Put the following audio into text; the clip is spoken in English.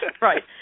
Right